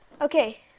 Okay